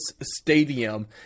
Stadium